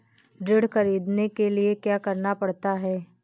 ऋण ख़रीदने के लिए क्या करना पड़ता है?